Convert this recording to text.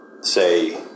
say